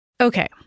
Okay